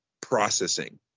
processing